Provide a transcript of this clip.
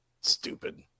stupid